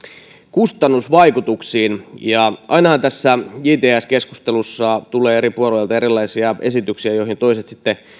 kustannusvaikutuksiin ainahan tässä jts keskustelussa tulee eri puolueilta erilaisia esityksiä joihin toiset sitten